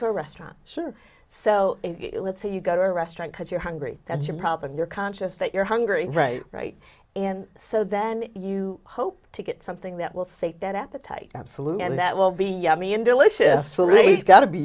to a restaurant sure so let's say you go to a restaurant because you're hungry that's your problem you're conscious that you're hungry right right and so then you hope to get something that will save that appetite absolutely and that will be yummy and delicious philly's got to be